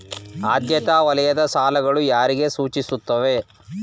ಆದ್ಯತಾ ವಲಯದ ಸಾಲಗಳು ಯಾರಿಗೆ ಸೂಚಿಸುತ್ತವೆ?